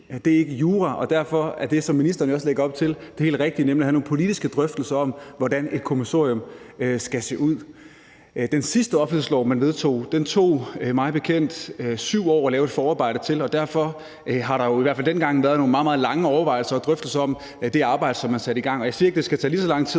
Det er ikke jura, og derfor er det, som ministeren jo også lægger op til, det helt rigtige, nemlig at have nogle politiske drøftelser om, hvordan et kommissorium skal se ud. Den sidste offentlighedslov, man vedtog, tog det mig bekendt 7 år at lave et forarbejde til, og derfor har der jo i hvert fald dengang været nogle meget, meget lange overvejelser og drøftelser om det arbejde, som man satte i gang. Jeg siger ikke, det skal tage lige så lang tid,